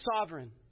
sovereign